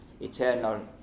eternal